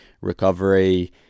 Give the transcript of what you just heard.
recovery